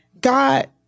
God